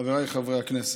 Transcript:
חבריי חברי הכנסת,